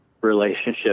relationship